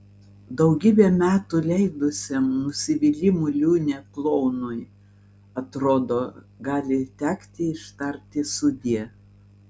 daugybę metų leidusiam nusivylimų liūne klounui atrodo gali tekti ištarti sudie